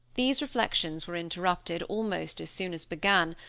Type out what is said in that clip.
these reflections were interrupted, almost as soon as began,